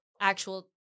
actual